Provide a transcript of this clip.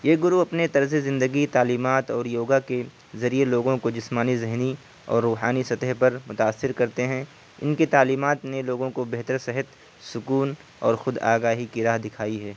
یہ گرو اپنے طرزِ زندگی تعلیمات اور یوگا کے ذریعے لوگوں کو جسمانی ذہنی اور روحانی سطح پر متاثر کرتے ہیں ان کی تعلیمات نے لوگوں کو بہتر صحت سکون اور خود آگاہی کی راہ دکھائی ہے